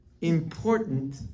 important